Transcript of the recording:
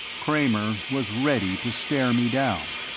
kramer was ready to stare me down,